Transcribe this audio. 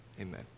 Amen